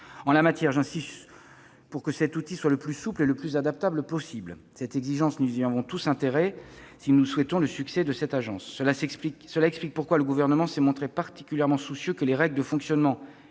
En la matière, j'insiste pour que cet outil soit le plus souple et le plus adaptable possible. Nous y avons tous intérêt si nous souhaitons le succès de la nouvelle agence. Cela explique pourquoi le Gouvernement s'est montré particulièrement soucieux que les règles de fonctionnement